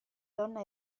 donna